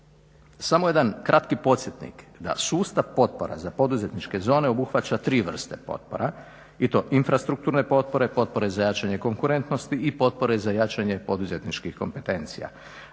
Samo jedan kratki podsjetnik da sustav potpora za poduzetničke zone obuhvaća tri vrste potpora i to infrastrukturne potpore, potpore za jačanje konkurentnosti i potpore za jačanje poduzetničkih kompetencija,